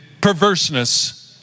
perverseness